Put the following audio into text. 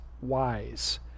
wise